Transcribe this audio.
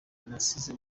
nasize